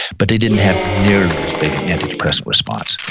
but they didn't have nearly as big an antidepressant response,